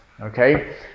Okay